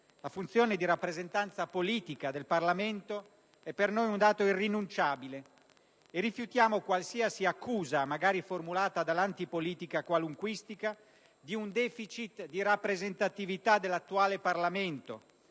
la funzione di rappresentanza politica del Parlamento, è per noi un dato irrinunciabile e rifiutiamo qualsiasi accusa, magari formulata dall'antipolitica qualunquistica, di un deficit di rappresentatività dell'attuale Parlamento,